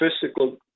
physical